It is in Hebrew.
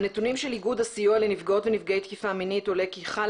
מהנתונים של איגוד הסיוע לנפגעות ונפגעי תקיפה מינית עולה כי חלה